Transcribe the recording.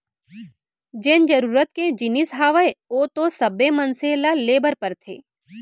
जेन जरुरत के जिनिस हावय ओ तो सब्बे मनसे ल ले बर परथे